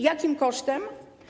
Jakim kosztem?